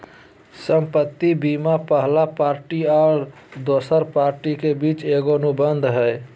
संपत्ति बीमा पहला पार्टी और दोसर पार्टी के बीच एगो अनुबंध हइ